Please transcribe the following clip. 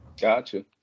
Gotcha